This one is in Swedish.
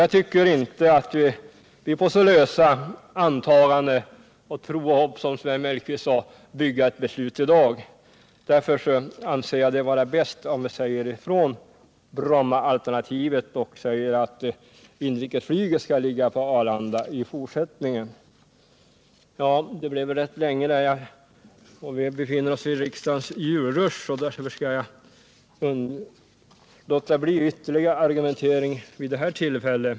Jag tycker inte att vi skall bygga ett beslut i dag på lösa antaganden —- tro och hopp, som Sven Mellqvist sade. Därför anser jag det vara bäst om vi säger att inrikesflyget skall ligga på Arlanda i fortsättningen. Vi befinner oss i riksdagens julrush, därför skall jag nu avstå från ytterligare argumentering.